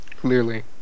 Clearly